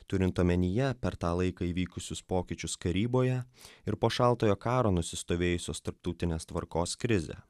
turint omenyje per tą laiką įvykusius pokyčius karyboje ir po šaltojo karo nusistovėjusios tarptautinės tvarkos krizę